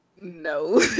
No